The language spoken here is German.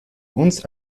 uns